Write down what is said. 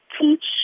teach